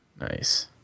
nice